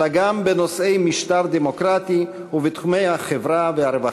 אלא גם בנושאי משטר דמוקרטי ובתחומי החברה והרווחה.